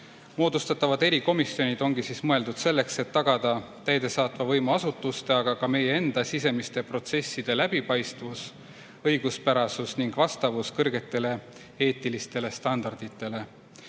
Moodustatavad erikomisjonid ongi mõeldud selleks, et tagada täidesaatva võimu asutuste, aga ka meie enda sisemiste protsesside läbipaistvus, õiguspärasus ja vastavus kõrgetele eetilistele standarditele.